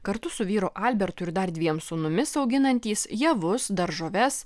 kartu su vyru albertu ir dar dviem sūnumis auginantys javus daržoves